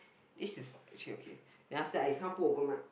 this is actually okay then after that I cannot put over my